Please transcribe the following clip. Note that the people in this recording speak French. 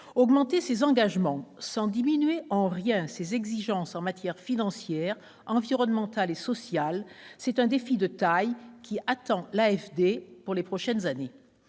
Augmenter ses engagements sans diminuer en rien ses exigences en matière financière, environnementale et sociale, c'est un défi de taille qui attend l'AFD pour les prochaines années.